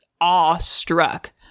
awestruck